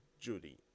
Judy